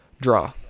Draw